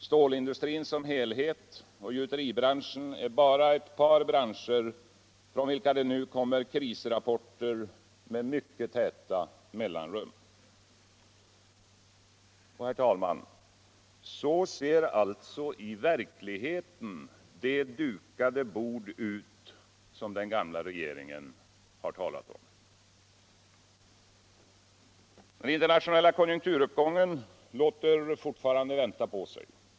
Stålindustrin som helhet och gjuteribranschen är bara ett par branscher från vilka det nu kommer krisrapporter med mycket korta mellanrum. Herr talman! Så ser alltså i verkligheten det dukade bord ut som den gumla regeringen har talat om. Den internationella konjunkturuppgången låter fortfarande vänta på sig.